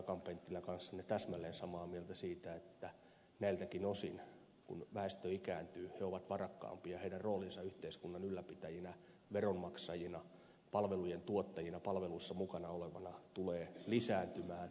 akaan penttilä kanssanne täsmälleen samaa mieltä siitä että näiltäkin osin kun väestö ikääntyy he ovat varakkaampia heidän roolinsa yhteiskunnan ylläpitäjinä veronmaksajina palvelujen tuottajina palveluissa mukana olevina tulee lisääntymään